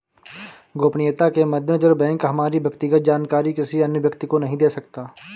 गोपनीयता के मद्देनजर बैंक हमारी व्यक्तिगत जानकारी किसी अन्य व्यक्ति को नहीं दे सकता